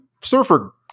surfer